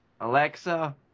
Alexa